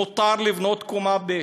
מותר לבנות קומה ב'.